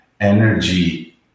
energy